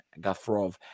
Gafrov